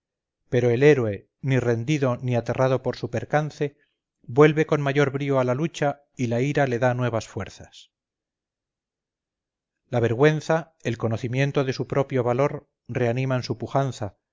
pero el héroe ni rendido ni aterrado por su percance vuelve con mayor brío a la lucha y la ira le da nuevas fuerzas la vergüenza el conocimiento de su propio valor reaniman su pujanza